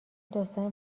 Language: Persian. داستان